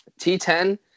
T10